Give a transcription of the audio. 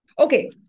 Okay